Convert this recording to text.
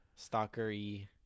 stalkery